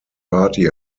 party